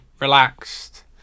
relaxed